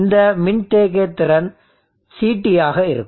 இந்த மின்தேக்கத் திறன் CT ஆக இருக்கும்